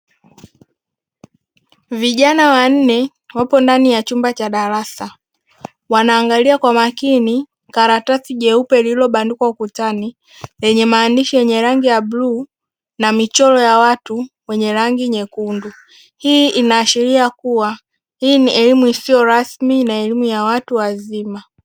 Vijana wanne wapo ndani ya chumba cha darasa, wanaangalia kwa makini karatasi jeupe lililobandikwa ukutani, lenye maandishi yenye rangi ya bluu na michoro ya watu yenye rangi nyekundu. Hii inaashiria kuwa hii ni elimu isiyo rasmi na elimu ya watu wazima.